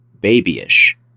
babyish